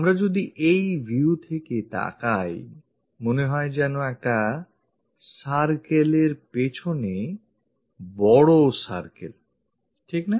আমরা যদি এই view থেকে তাকাই মনে হয় যেন একটা circle এর পেছনে আরেকটি বড় circle